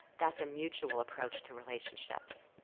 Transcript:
that's a mutual approach to relationships.